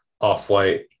off-white